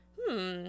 Hmm